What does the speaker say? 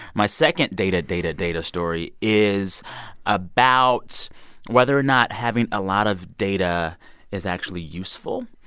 my second data, data, data story is about whether or not having a lot of data is actually useful.